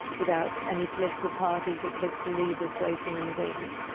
without any political parties or political leaders waiting in the wings.